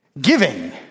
giving